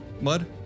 Mud